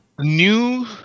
New